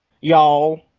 Y'all